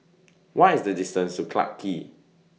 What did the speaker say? What IS The distance to Clarke Quay